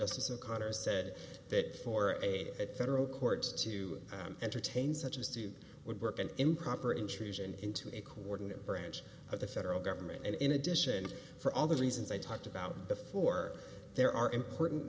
justice o'connor said that for a federal courts to entertain such a stupid would work an improper intrusion into a coordinate branch of the federal government and in addition for all the reasons i talked about before there are important